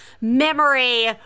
memory